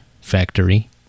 factory